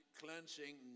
cleansing